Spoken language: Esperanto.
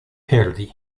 perdi